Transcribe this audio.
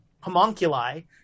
homunculi